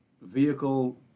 vehicle